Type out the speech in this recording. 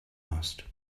asked